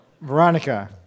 Veronica